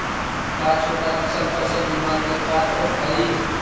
का छोटा किसान फसल बीमा के पात्र हई?